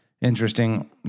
interesting